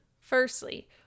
Firstly